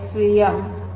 SVM fit